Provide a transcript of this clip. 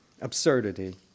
absurdity